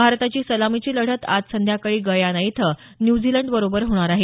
भारताची सलामीची लढत आज संध्याकाळी गयाना इथं न्यूझीलंडबरोबर होणार आहे